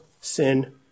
sin